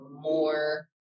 more